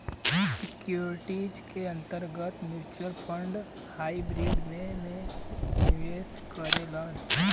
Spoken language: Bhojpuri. सिक्योरिटीज के अंतर्गत म्यूच्यूअल फण्ड हाइब्रिड में में निवेश करेलन